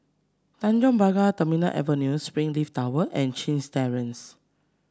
Tanjong Pagar Terminal Avenue Springleaf Tower and Chin Terrace